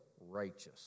righteous